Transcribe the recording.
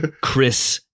Chris